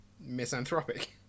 misanthropic